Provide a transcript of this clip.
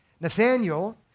Nathaniel